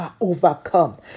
overcome